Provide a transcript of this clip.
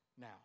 now